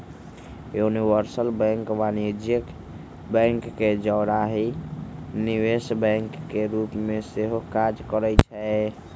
universal bank वाणिज्यिक bank के जौरही निवेश बैंक के रूप में सेहो काज करइ छै